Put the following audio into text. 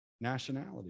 nationality